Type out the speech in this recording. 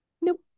Nope